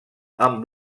amb